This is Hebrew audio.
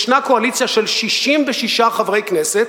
יש קואליציה של 66 חברי כנסת,